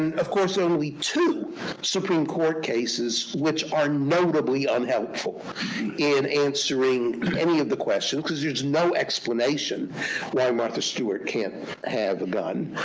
and of course, only two supreme court cases which are notably unhelpful in answering any of the questions, because there is no explanation why martha stewart can't have a gun.